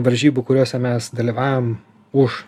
varžybų kuriose mes dalyvavom už